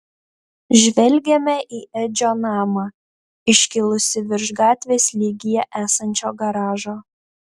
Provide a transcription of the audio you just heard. žvelgėme į edžio namą iškilusį virš gatvės lygyje esančio garažo